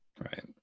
Right